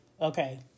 okay